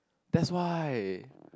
that's why